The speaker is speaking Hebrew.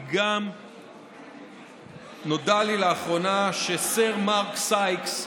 כי נודע לי לאחרונה שסר מרק סייקס,